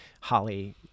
Holly